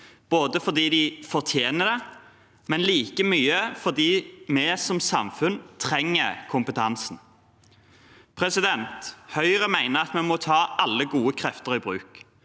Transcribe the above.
– fordi de fortjener det, men like mye fordi vi som samfunn trenger kompetansen deres. Høyre mener vi må ta alle gode krefter i bruk,